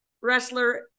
wrestler